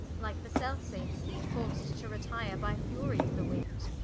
like the selfe-same sea, forc'd to retyre by furie of the winde.